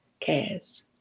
cares